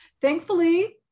thankfully